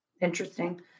Interesting